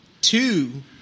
two